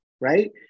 Right